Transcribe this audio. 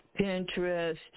Pinterest